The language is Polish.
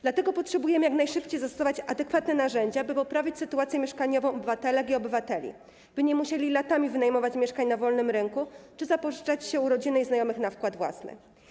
Dlatego potrzebujemy jak najszybciej zastosować adekwatne narzędzia, by poprawić sytuację mieszkaniową obywatelek i obywateli, by nie musieli latami wynajmować mieszkań na wolnym rynku czy zapożyczać się u rodziny i znajomych na wkład własny.